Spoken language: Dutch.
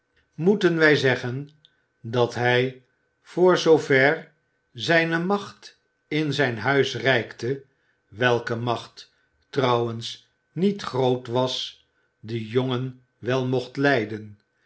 moeten wij zeggen dat hiji voor zoover zijne macht in zijn huis reikte welke macht trouwens niet zeer groot was den jongen wel mocht lijden